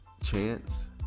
chance